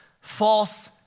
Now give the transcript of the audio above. false